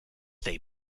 they